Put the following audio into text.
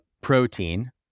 protein